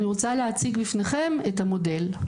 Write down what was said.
אני רוצה להציג בפניכם את המודל.